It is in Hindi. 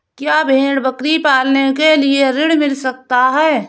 क्या भेड़ बकरी पालने के लिए ऋण मिल सकता है?